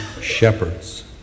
shepherds